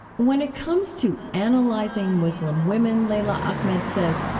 when it comes to analyzing muslim women, leila ahmed says,